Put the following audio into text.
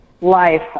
Life